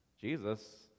Jesus